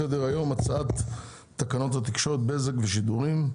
סדר היום, הצעת תקנות התקשורת (בזק ושידורים)